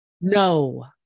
No